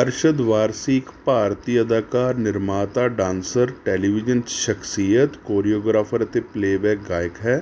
ਅਰਸ਼ਦ ਵਾਰਸੀ ਇੱਕ ਭਾਰਤੀ ਅਦਾਕਾਰ ਨਿਰਮਾਤਾ ਡਾਂਸਰ ਟੈਲੀਵਿਜ਼ਨ ਸ਼ਖਸੀਅਤ ਕੋਰੀਓਗ੍ਰਾਫਰ ਅਤੇ ਪਲੇਅਬੈਕ ਗਾਇਕ ਹੈ